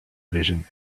vision